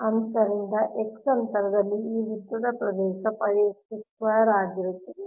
ಆದ್ದರಿಂದ x ಅಂತರದಲ್ಲಿ ಈ ವೃತ್ತದ ಈ ಪ್ರದೇಶ ಆಗಿರುತ್ತದೆ